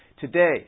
today